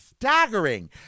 staggering